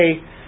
okay